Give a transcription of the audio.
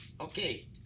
Okay